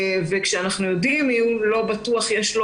וכאשר אנחנו יודעים מי הוא לא בטוח שיש לו